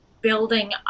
building